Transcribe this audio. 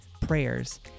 prayers